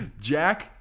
Jack